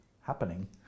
happening